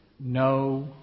No